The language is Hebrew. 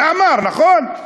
את זה אמר, נכון?